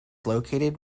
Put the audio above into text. located